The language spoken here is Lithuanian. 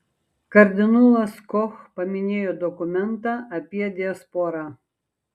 kardinolas koch paminėjo dokumentą apie diasporą